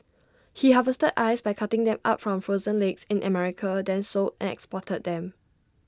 he harvested ice by cutting them up from frozen lakes in America then sold and exported them